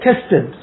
tested